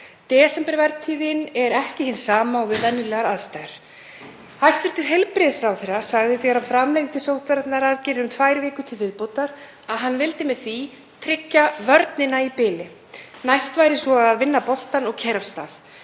Desembervertíðin er ekki hin sama og við venjulegar aðstæður. Hæstv. heilbrigðisráðherra sagði, þegar hann framlengdi sóttvarnaaðgerðir um tvær vikur til viðbótar, að hann vildi með því tryggja vörnina í bili. Næst væri svo að vinna boltann og keyra af stað.